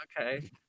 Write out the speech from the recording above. okay